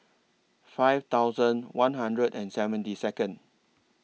five thousand one hundred and seventy Second